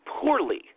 poorly